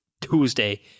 Tuesday